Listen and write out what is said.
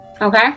okay